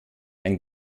ein